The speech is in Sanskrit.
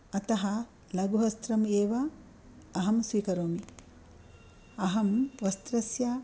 अतः लघुवस्त्रम् एव अहं स्वीकरोमि अहं वस्त्रस्य